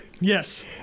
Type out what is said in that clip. Yes